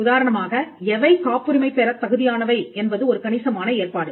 உதாரணமாக எவை காப்புரிமை பெறத் தகுதியானவை என்பது ஒரு கணிசமான ஏற்பாடு